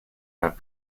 have